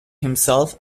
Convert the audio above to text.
himself